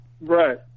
right